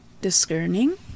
discerning